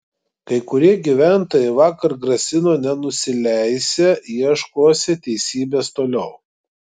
kai kurie gyventojai vakar grasino nenusileisią ieškosią teisybės toliau